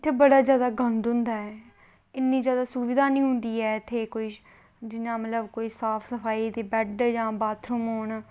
बड़ा जादा गंद होंदा ऐ इन्नी जादै सुविधा निं होंदी ऐ इत्थै जियां कोई साफ सफाई बेड होन बाथरूम होन इत्थै